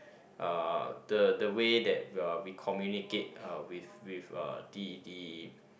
uh the the way that uh we communicate uh with with uh the the